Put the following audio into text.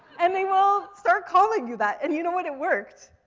and they will start calling you that. and you know what? it worked.